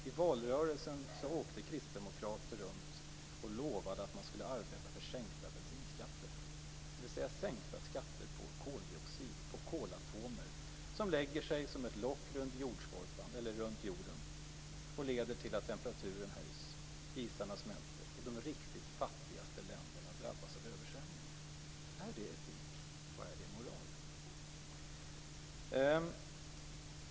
I valrörelsen åkte kristdemokrater runt och lovade att man skulle arbeta för sänkta bensinskatter, dvs. sänkta skatter på koldioxid, på kolatomer som lägger sig som ett lock runt jorden och leder till att temperaturen höjs, isarna smälter och de riktigt fattiga länderna drabbas av översvämning. Är det etik och moral?